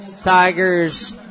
Tigers